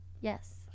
Yes